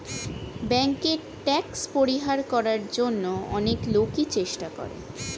ব্যাংকে ট্যাক্স পরিহার করার জন্য অনেক লোকই চেষ্টা করে